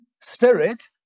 spirit